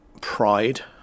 Pride